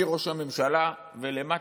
מראש הממשלה ולמטה,